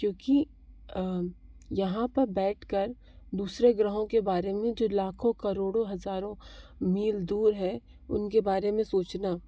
क्योंकि यहाँ पा बैठकर दूसरे ग्रहों के बारे में जो लाखों करोड़ों हज़ारों मील दूर है उनके बारे में सोचना